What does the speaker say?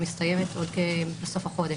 שמסתיימת בסוף חודש.